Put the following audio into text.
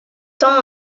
tant